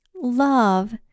Love